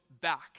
back